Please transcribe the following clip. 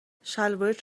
شلوارت